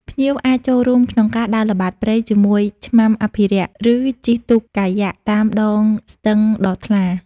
ភ្ញៀវអាចចូលរួមក្នុងការដើរល្បាតព្រៃជាមួយឆ្មាំអភិរក្ស ឬជិះទូកកាយ៉ាក់តាមដងស្ទឹងដ៏ថ្លា។